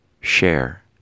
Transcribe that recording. share